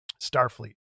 Starfleet